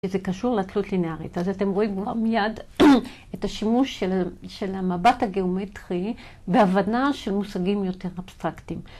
זה קשור לתלות לינארית, אז אתם רואים מיד את השימוש של המבט הגיאומטרי בהבנה של מושגים יותר אבסטרקטיים.